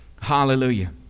Hallelujah